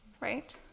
right